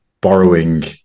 borrowing